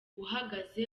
uhagaze